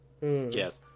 Yes